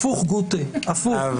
הפוך גוטה, הפוך.